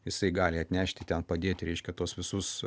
jisai gali atnešti ten padėti reiškia tuos visus